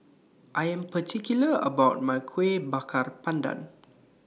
I Am particular about My Kueh Bakar Pandan